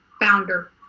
founder